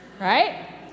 Right